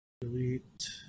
delete